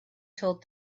told